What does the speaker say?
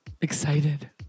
Excited